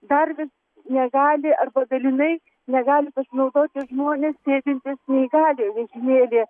dar vis negali arba daliniai negali naudotis žmonės sedintys neįgaliojo vežimėlyje